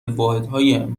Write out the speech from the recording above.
واحدهای